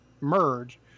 merge